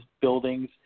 buildings